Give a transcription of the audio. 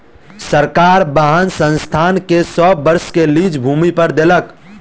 सरकार वाहन संस्थान के सौ वर्ष के लीज भूमि पर देलक